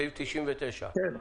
סעיף 99. כן.